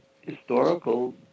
Historical